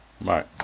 Right